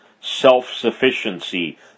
self-sufficiency